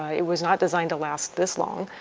it was not designed to last this long.